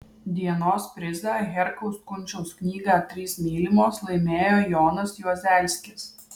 dienos prizą herkaus kunčiaus knygą trys mylimos laimėjo jonas juozelskis